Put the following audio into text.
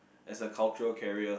as a cultural carrier